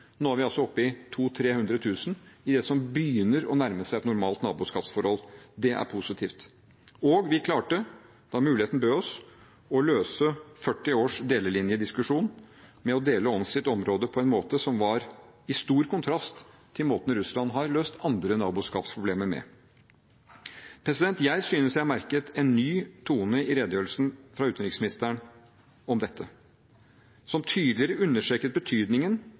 i det som begynner å nærme seg et normalt naboskapsforhold. Det er positivt. Og vi klarte, da muligheten bød seg, å løse 40 års delelinjediskusjon ved å dele omstridt område på en måte som var i stor kontrast til måten Russland har løst andre naboskapsproblemer på. Jeg synes jeg merket en ny tone i redegjørelsen fra utenriksministeren om dette, som tydeligere understreket betydningen